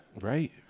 Right